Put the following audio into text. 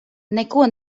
neko